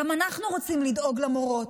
גם אנחנו רוצים לדאוג למורות.